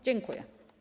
Dziękuję.